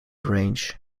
range